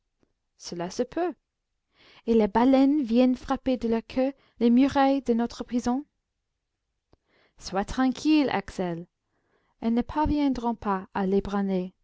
cela se peut et les baleines viennent frapper de leur queue les murailles de notre prison sois tranquille axel elles ne parviendront pas à